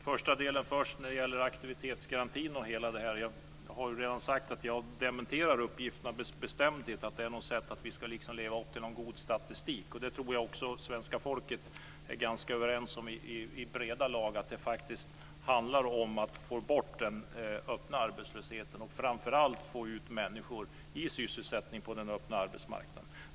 Fru talman! Jag ska först ta upp aktivitetsgarantin. Jag har redan sagt att jag med bestämdhet dementerar uppgifterna att det handlar om något sätt att leva upp till någon god statistik. Jag tror också att svenska folket är ganska överens om att det faktiskt handlar om att få bort den öppna arbetslösheten och framför allt om att få ut människor i sysselsättning på den öppna arbetsmarknaden.